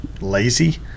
lazy